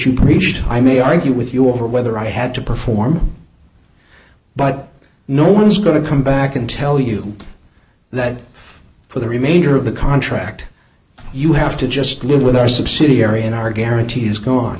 preached i may argue with you over whether i had to perform but no one is going to come back and tell you that for the remainder of the contract you have to just live with our subsidiary in our guarantee is go